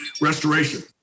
restoration